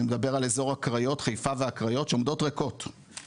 אני מדבר על אזור חיפה והקריות שעומדות ריקות,